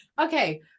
Okay